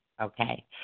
okay